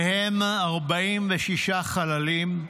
מהם 46 חללים,